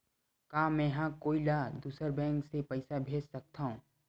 का मेंहा कोई ला दूसर बैंक से पैसा भेज सकथव?